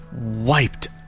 wiped